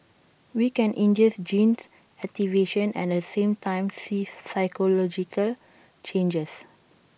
we can induce gene activation and at the same time see physiological changes